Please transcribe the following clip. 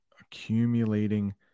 Accumulating